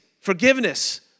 Forgiveness